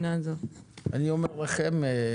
התשפ"ב-2022 בתוקף סמכותה לפי סעיפים 4(א)(2),